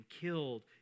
killed